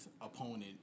opponent